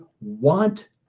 want